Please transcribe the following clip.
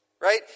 right